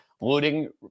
looting